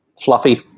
Fluffy